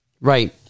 Right